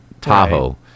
Tahoe